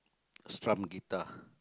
strum guitar